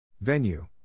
Venue